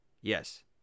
yes